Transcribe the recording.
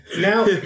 now